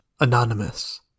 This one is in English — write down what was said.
Anonymous